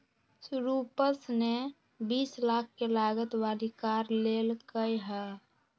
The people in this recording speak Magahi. रूपश ने बीस लाख के लागत वाली कार लेल कय है